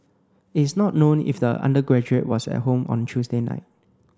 it's not known if the undergraduate was at home on Tuesday night